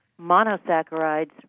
Monosaccharides